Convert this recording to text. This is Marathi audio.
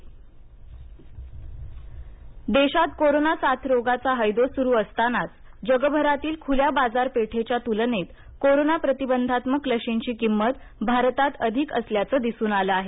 लसीची किंमत देशात कोरोना साथरोगाचा हैदोस सुरू असतानाच जगभरातील खुल्या बाजारपेठेच्या तुलनेत कोरोना प्रतिबंधात्मक लशींची किंमत भारतात अधिक असल्याचं दिसून आलं आहे